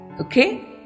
okay